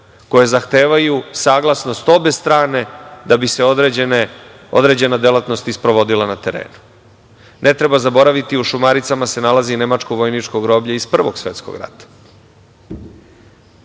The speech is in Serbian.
koje zahtevaju saglasnost obe strane da bi se određene delatnosti sprovodile na terenu. Ne treba zaboraviti, u „Šumaricama“ se nalazi nemačko vojničko groblje iz Prvog svetskog rata. Želim